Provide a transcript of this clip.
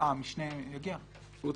והם יגיעו.